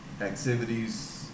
Activities